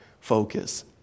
focus